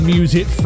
Music